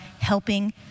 helping